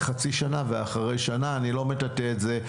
חצי שנה ואחרי שנה אני לא מטאטא את זה.